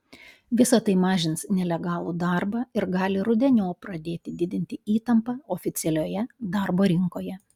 visa tai mažins nelegalų darbą ir gali rudeniop pradėti didinti įtampą oficialioje darbo rinkoje